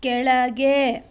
ಕೆಳಗೆ